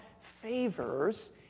favors